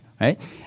right